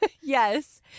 Yes